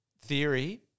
theory